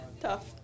Tough